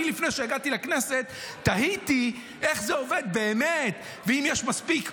לפני שהגעתי לכנסת תהיתי איך זה עובד באמת ואם יש מספיק,